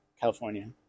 California